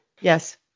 Yes